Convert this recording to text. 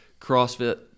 CrossFit